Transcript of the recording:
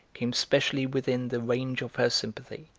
came specially within the range of her sympathy.